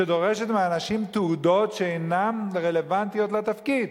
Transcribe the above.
שדורשת מאנשים תעודות שאינן רלוונטיות לתפקיד.